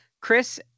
Chris